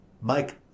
Mike